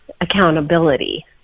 accountability